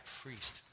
priest